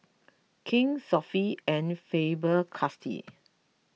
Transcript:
King's Sofy and Faber Castell